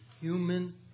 human